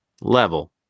level